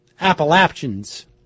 Appalachians